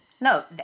no